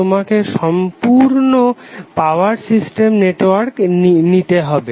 তোমাকে সম্পূর্ণ power system নেটওয়ার্কে নিতে হবে